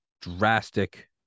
drastic